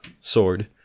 sword